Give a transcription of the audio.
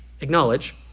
acknowledge